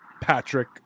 Patrick